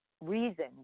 reason